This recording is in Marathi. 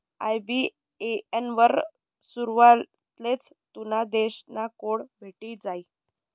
आय.बी.ए.एन वर सुरवातलेच तुना देश ना कोड भेटी जायी